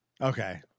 Okay